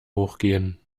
hochgehen